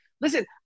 listen